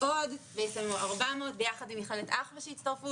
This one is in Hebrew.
עוד 400 ביחד עם מכללת אחווה שהצטרפו,